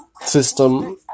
System